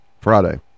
Friday